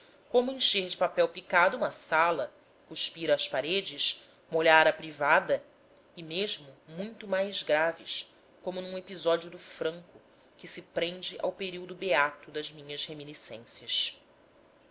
como encher de papel picado uma sala cuspir às paredes molhar a privada e mesmo muito mais graves como num episódio do franco que se prende ao período beato das minhas reminiscências